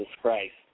Christ